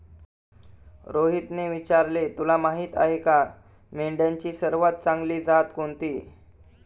रोहितने विचारले, तुला माहीत आहे का मेंढ्यांची सर्वात चांगली जात कोणती?